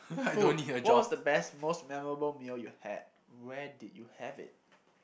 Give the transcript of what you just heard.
food what was the best most memorable meal you've had where did you have it